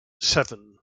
seven